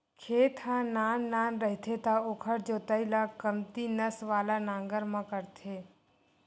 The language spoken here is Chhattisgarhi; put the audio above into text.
खेत ह नान नान रहिथे त ओखर जोतई ल कमती नस वाला नांगर म करथे